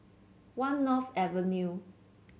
One North Avenue